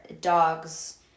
dogs